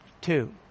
two